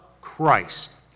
Christ